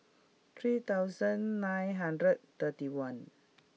three thousand nine hundred thirty one